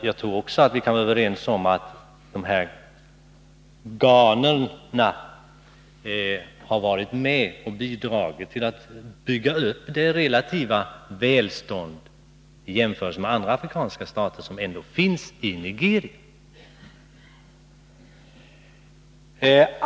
Jag tror också att vi kan vara överens om att ghananerna har varit med om att bygga upp det i jämförelse med andra afrikanska stater relativa välstånd som ändå råder i Nigeria.